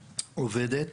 עובדת.